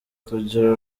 kugira